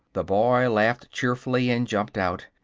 the boy laughed cheerfully and jumped out.